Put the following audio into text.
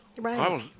Right